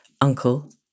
uncle